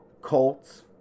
Colts